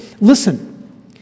Listen